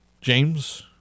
James